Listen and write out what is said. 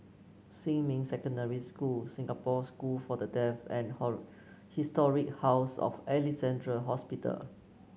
Xinmin Secondary School Singapore School for the Deaf and Historic House of Alexandra Hospital